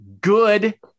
good